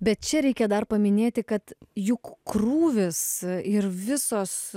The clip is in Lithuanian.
bet čia reikia dar paminėti kad juk krūvis ir visos